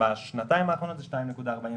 בשנתיים האחרונות הוא עלה ב-2.44%,